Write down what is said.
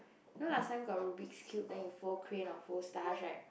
no lah last time got rubric cubes you fold cranks or stars right